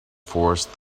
forest